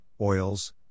oils